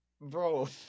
Bro